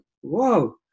whoa